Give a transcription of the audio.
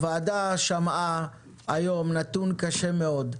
הוועדה שמעה היום נתון קשה מאוד: